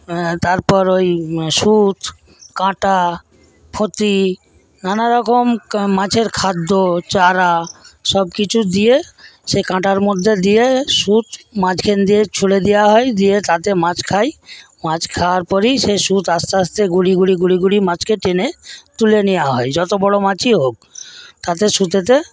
তারপর ওই সূঁচ কাঁটা ফাতনা নানারকম মাছের খাদ্য চারা সব কিছু দিয়ে সেই কাঁটার মধ্যে দিয়ে সূঁচ মাঝখান দিয়ে ছুঁড়ে দেওয়া হয় দিয়ে তাতে মাছ খায় মাছ খাওয়ার পরেই সেই সু্তো আস্তে আস্তে গুড়িগুড়ি গুড়িগুড়ি মাছকে টেনে তুলে নেওয়া হয় যত বড় মাছই হোক তাতে সুতোতে